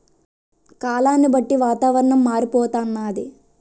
కాలాన్ని బట్టి వాతావరణం మారిపోతన్నాది